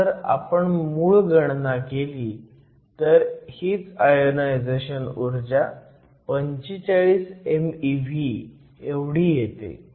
पण जर आपण मूळ गणना केली तर हीच आयोनायझाशन ऊर्जा 45 mev एवढी येते